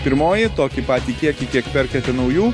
pirmoji tokį patį kiekį kiek perkate naujų